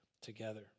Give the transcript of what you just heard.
together